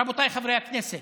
רבותיי חברי הכנסת.